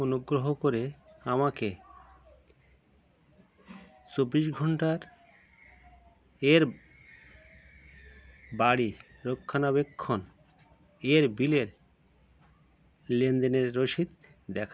অনুগ্রহ করে আমাকে চব্বিশ ঘন্টার এর বাড়ি রক্ষণাবেক্ষণ এর বিলের লেনদেনের রসিদ দেখান